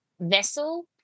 vessel